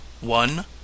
one